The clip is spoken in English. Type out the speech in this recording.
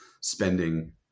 spending